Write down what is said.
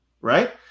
right